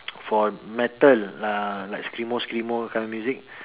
for metal uh like screamo screamo kind of music